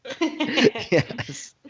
Yes